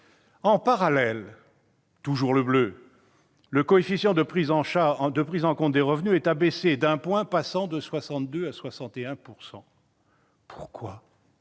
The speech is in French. En parallèle, le coefficient de prise en compte des revenus est abaissé d'un point, passant de 62 % à 61 %.» Pourquoi ?